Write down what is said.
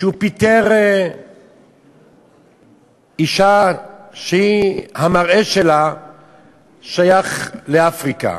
שפיטר אישה שהיא, המראה שלה שייך לאפריקה.